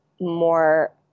more